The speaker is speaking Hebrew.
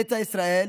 ביתא ישראל,